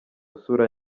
isura